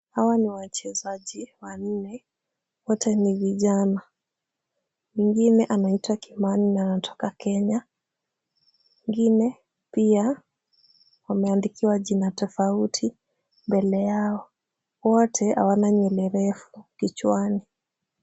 Hawa ni wachezaji wa nne. Wote ni vijana. Mwingine anaitwa Kimani na anatoka Kenya. wengine, pia, wameandikiwa jina tofauti, mbele yao, wote hawana nywele refu kichwani.